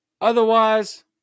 Otherwise